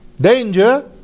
danger